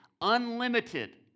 Unlimited